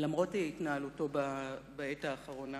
למרות התנהלותו בעת האחרונה,